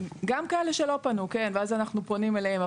גם כאלה שלא פנו, כן, ואז אנחנו פונים אליהם.